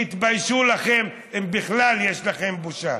תתביישו לכם, אם בכלל יש לכם בושה.